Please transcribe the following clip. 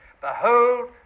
Behold